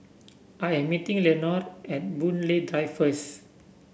I am meeting Leonore at Boon Lay Drive first